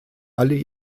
alle